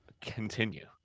Continue